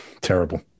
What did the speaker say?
Terrible